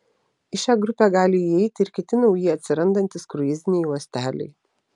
į šią grupę gali įeiti ir kiti nauji atsirandantys kruiziniai uosteliai